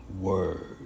Word